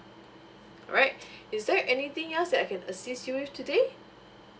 alright is there anything else that I can assist you with today